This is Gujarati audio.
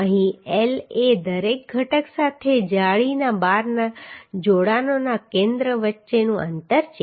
અહીં L એ દરેક ઘટક સાથે જાળીના બારના જોડાણોના કેન્દ્ર વચ્ચેનું અંતર છે